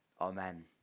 Amen